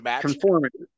conformity